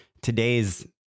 today's